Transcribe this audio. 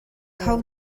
kho